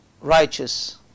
righteous